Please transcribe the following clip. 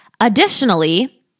Additionally